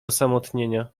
osamotnienia